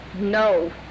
No